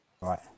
Right